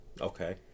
Okay